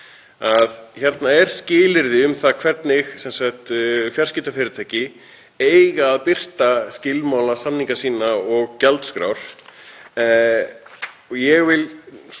Hérna er skilyrði um það hvernig fjarskiptafyrirtæki eiga að birta skilmálasamninga sína og gjaldskrár. Ég vil